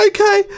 Okay